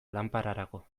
lanpararako